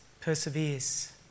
perseveres